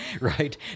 right